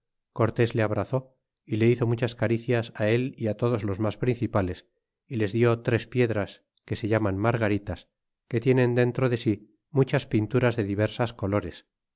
cortés le abrazó y le hizo muchas caricias el y todos los mas principales y le dió tres piedras que se llaman margaritas que tienen dentro de si muchas pinturas de diversas colores